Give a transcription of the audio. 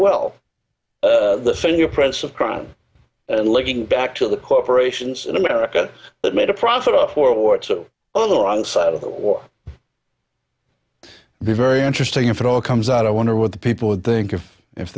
well the fingerprints of crime and looking back to the corporations in america that made a profit off world war two on the wrong side of the war be very interesting if an all comes out i wonder what the people would think of if